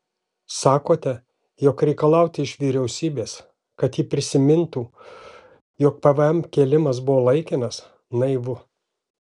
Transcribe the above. sakote jog reikalauti iš vyriausybės kad ji prisimintų jog pvm kėlimas buvo laikinas naivu